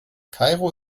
kairo